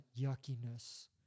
yuckiness